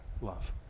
love